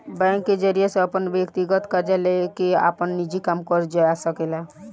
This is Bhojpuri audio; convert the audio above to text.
बैंक के जरिया से अपन व्यकतीगत कर्जा लेके आपन निजी काम कइल जा सकेला